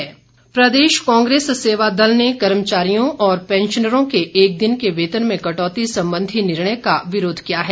कांग्रेस सेवादल प्रदेश कांग्रेस सेवादल ने कर्मचारियों और पैंशनरों के एक दिन के वेतन में कटौती संबंधी निर्णय का विरोध किया है